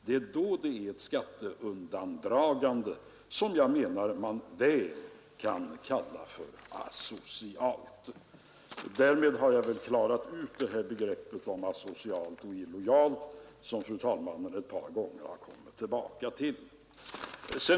Det är då frågan om ett skatteundandragande, som jag menar att man kan kalla asocialt. Därmed har jag väl klarat ut begreppen asocialt och illojalt, som fru vice talmannen ett par gånger har kommit tillbaka till.